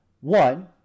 One